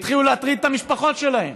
והתחילו להטריד את המשפחות שלהם.